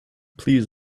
please